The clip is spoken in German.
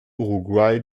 uruguay